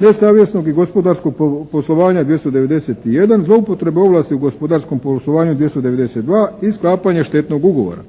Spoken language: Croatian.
nesavjesnog i gospodarskog poslovanja 291., zloupotrebe ovlasti u gospodarskom poslovanju 292. i sklapanje štetnog ugovora.